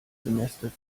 semester